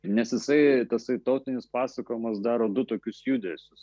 nes jisai tasai tautinis pasakojimas daro du tokius judesius